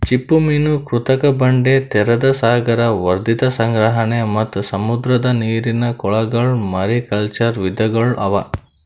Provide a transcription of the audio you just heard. ಚಿಪ್ಪುಮೀನು, ಕೃತಕ ಬಂಡೆ, ತೆರೆದ ಸಾಗರ, ವರ್ಧಿತ ಸಂಗ್ರಹಣೆ ಮತ್ತ್ ಸಮುದ್ರದ ನೀರಿನ ಕೊಳಗೊಳ್ ಮಾರಿಕಲ್ಚರ್ ವಿಧಿಗೊಳ್ ಅವಾ